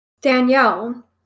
Danielle